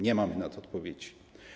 Nie mamy na to odpowiedzi.